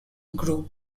group